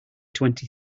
twenty